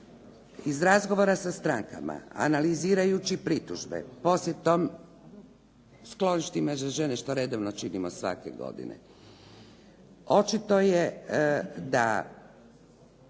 iz razgovora sa strankama analizirajući pritužbe, posjetom skloništima za žene što redovno činimo svake godine, očito je da